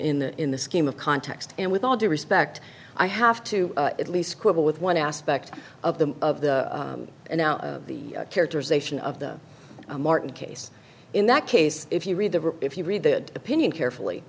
in the in the scheme of context and with all due respect i have to at least quibble with one aspect of the of the now the characterization of the martin case in that case if you read the if you read the opinion carefully